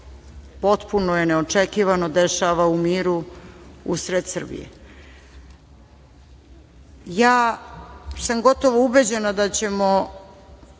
potpuno je neočekivano, dešava u miru usred Srbije. Ja sam gotovo ubeđena da ćemo